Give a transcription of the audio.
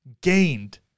gained